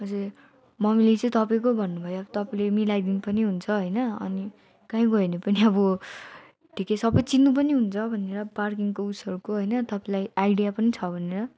हजुर मम्मीले चाहिँ तपाईँको भन्नु भयो तपाईँले मिलाइदिनु पनि हुन्छ होइन अनि काहीँ गयो भने पनि अब ठिकै सबै चिन्नु पनि हुन्छ भनेर पार्किङको उसहरूको होइन तपाईँलाई आइडिया पनि छ भनेर